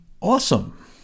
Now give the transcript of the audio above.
awesome